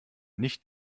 nicht